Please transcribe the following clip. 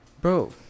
bro